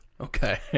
Okay